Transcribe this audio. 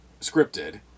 scripted